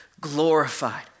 glorified